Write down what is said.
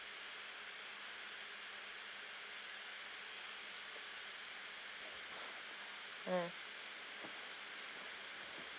mm